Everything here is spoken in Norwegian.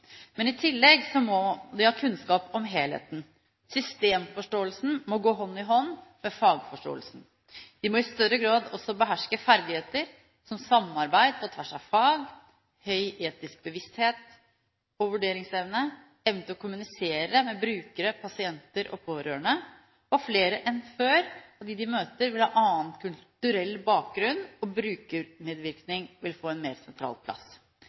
men i tillegg må de ha kunnskap om helheten. Systemforståelsen må gå hånd i hånd med fagforståelsen. De må i større grad også beherske ferdigheter som samarbeid på tvers av fag, høy etisk bevissthet og vurderingsevne, evne til å kommunisere med brukere, pasienter og pårørende. Flere enn før av dem de møter, vil ha annen kulturell bakgrunn, og brukermedvirkning vil få en mer sentral plass.